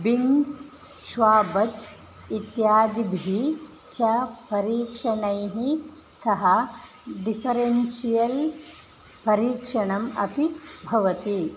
being Schwabach इत्यादिभिः च परीक्षणैः सह डिफ़रेन्शियल् परीक्षणम् अपि भवति